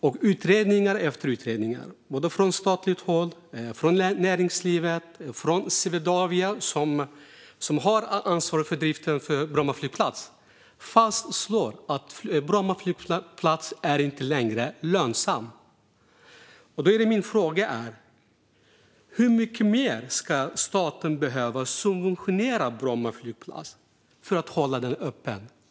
Och utredning efter utredning, både från statligt håll och från näringslivet och från Swedavia som har ansvar för driften av Bromma flygplats, fastslår att Bromma flygplats inte längre är lönsam. Då vill jag fråga dig, Oskar Svärd: Hur mycket mer ska staten behöva subventionera Bromma flygplats för att hålla den öppen?